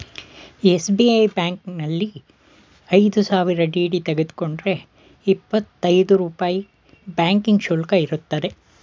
SBI ಬ್ಯಾಂಕಿನಲ್ಲಿ ಐದು ಸಾವಿರ ಡಿ.ಡಿ ತೆಗೆದುಕೊಂಡರೆ ಇಪ್ಪತ್ತಾ ಐದು ರೂಪಾಯಿ ಬ್ಯಾಂಕಿಂಗ್ ಶುಲ್ಕ ಇರುತ್ತದೆ